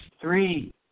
three